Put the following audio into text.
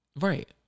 Right